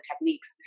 techniques